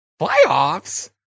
Playoffs